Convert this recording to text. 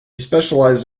specialized